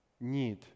need